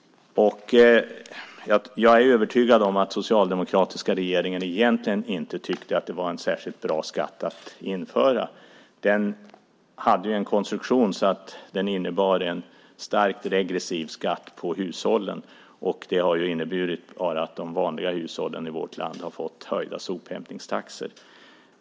Jag är övertygad om att den socialdemokratiska regeringen egentligen inte tyckte att det var en särskilt bra skatt att införa. Den hade en konstruktion som innebar en starkt regressiv skatt på hushållen. Det har bara inneburit att de vanliga hushållen i vårt land har fått höjda sophämtningstaxor.